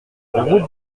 route